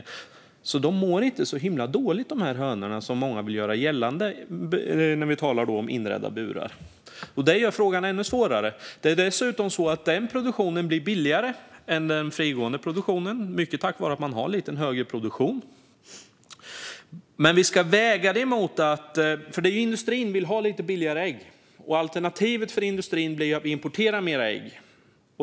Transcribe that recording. Dessa hönor mår alltså inte så himla dåligt som många vill göra gällande - vi talar då om inredda burar. Det gör frågan ännu svårare. Denna produktion blir dessutom billigare än den frigående produktionen, mycket tack vare att man har en lite högre produktion. Industrin vill ju ha billigare ägg, och alternativet för industrin blir att importera mer ägg.